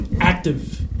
active